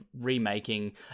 remaking